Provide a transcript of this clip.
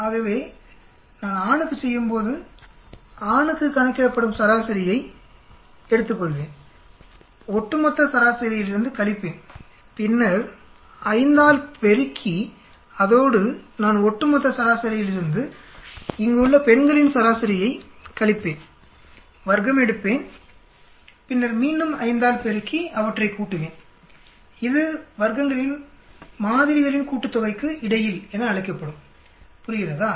ஆகவே நான் ஆணுக்குச் செய்யும்போது ஆணுக்கு கணக்கிடப்படும் சராசரியை எடுத்துக்கொள்வேன் ஒட்டுமொத்த சராசரியிலிருந்து கழிப்பேன் பின்னர் ஐந்தால் பெருக்கி அதோடு நான் ஒட்டுமொத்த சராசரியிலிருந்து இங்குள்ள பெண்களின் சராசரியைக் கழிப்பேன் வர்க்கமெடுப்பேன் பின்னர்மீண்டும் 5 ஆல் பெருக்கி அவற்றைக் கூட்டுவேன் இது வர்க்கங்களின் மாதிரிகளின் கூட்டுத்தொகைக்கு இடையில் என அழைக்கப்படும் புரிகிறதா